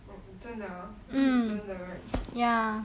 哦哦真的啊 this is 真的 right